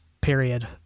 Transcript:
period